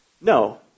No